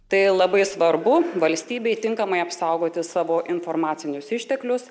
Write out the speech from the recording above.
tai labai svarbu valstybei tinkamai apsaugoti savo informacinius išteklius